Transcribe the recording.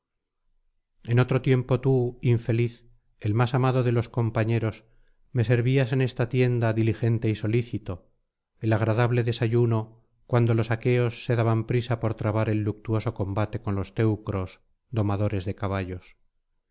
en otro tiempo tií infeliz el más amado de los compañeros me servías en esta tienda diligente y solícito el agradable desayuno cuando los aqueos se daban prisa por trabar el luctuoso combate con los teucros domadores de caballos